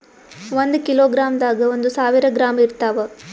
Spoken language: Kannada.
ಒಂದ್ ಕಿಲೋಗ್ರಾಂದಾಗ ಒಂದು ಸಾವಿರ ಗ್ರಾಂ ಇರತಾವ